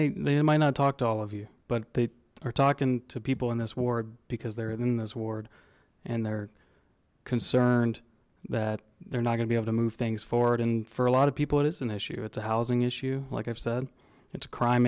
they they might not talk to all of you but they are talking to people in this ward because they're in this ward and they're concerned that they're not gonna be able to move things forward and for a lot of people it is an issue it's a housing issue like i've said it's a crime